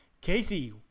Casey